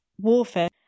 warfare